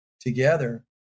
together